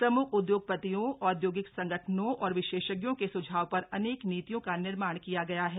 प्रम्ख उद्योगपतियों औद्योगिक संग नों और विशेषज्ञों के सुझाव पर अनेक नीतियों का निर्माण किया गया है